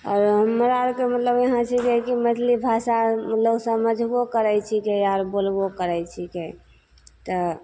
आओर हमरा आरके मतलब यहाँ छै जे कि मैथिली भाषा मतलब समझबो करैत छिकै आर बोलबो करैत छिकै तऽ